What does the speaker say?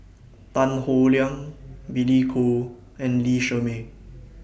Tan Howe Liang Billy Koh and Lee Shermay